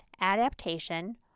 adaptation